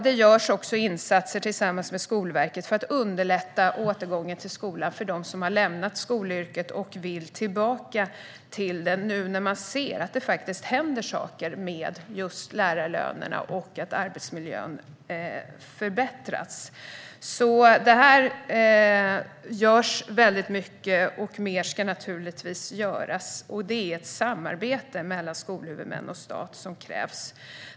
Det görs också insatser tillsammans med Skolverket för att underlätta återgången till skolan för dem som har lämnat skolyrket och vill komma tillbaka till det, nu när man ser att det faktiskt händer saken med lärarlönerna och att arbetsmiljön förbättrats. Det görs väldigt mycket, och mer ska naturligtvis göras. Det är ett samarbete mellan skolhuvudmän och stat som krävs.